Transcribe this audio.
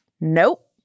nope